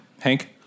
Hank